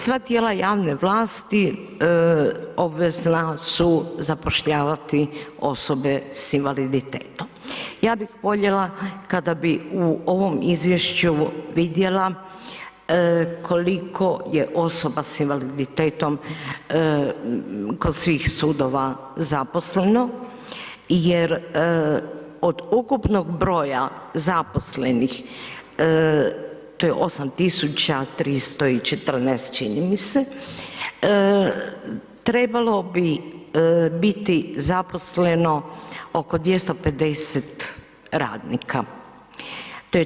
Sva tijela javne vlasti obvezna su zapošljavati osobe s invaliditetom, ja bih voljela kada bi u ovome izvješću vidjela koliko je osoba s invaliditetom kod svih sudova zaposleno jer od ukupnog broja zaposlenih, to je 8.314 čini mi se, trebalo bi biti zaposleno oko 250 radnika, to je 3%